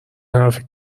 حرفی